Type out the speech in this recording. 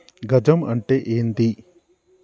గజం అంటే ఏంది?